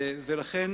ולכן,